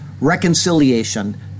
reconciliation